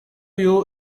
you